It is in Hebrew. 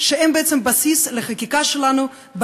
שהם בעצם בסיס לחקיקה שלנו,